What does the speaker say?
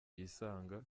yisanga